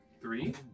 Three